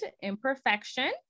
Imperfection